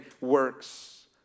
works